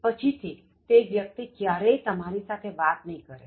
પછી થી તે વ્યક્તિ ક્યારેય તમારી સાથે વાત નહી કરે